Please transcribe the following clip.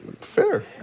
fair